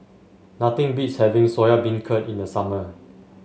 nothing beats having Soya Beancurd in the summer